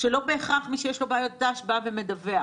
בהכרח מי שיש לו בעיות ת"ש בא ומדווח.